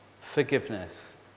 Forgiveness